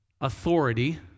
authority